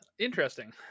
interesting